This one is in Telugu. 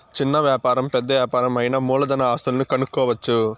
చిన్న వ్యాపారం పెద్ద యాపారం అయినా మూలధన ఆస్తులను కనుక్కోవచ్చు